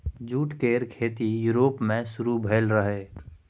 jute केर खेती Europe मे शुरु भेल रहइ